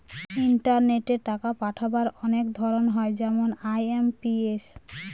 ইন্টারনেটে টাকা পাঠাবার অনেক ধরন হয় যেমন আই.এম.পি.এস